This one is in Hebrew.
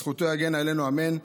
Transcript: זכותו יגן עלינו אמן,